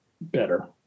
Better